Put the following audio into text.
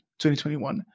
2021